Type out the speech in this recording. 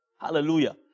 hallelujah